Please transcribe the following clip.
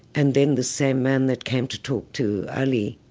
and then the same man that came to talk to ali